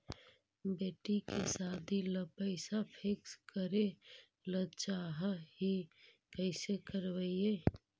बेटि के सादी ल पैसा फिक्स करे ल चाह ही कैसे करबइ?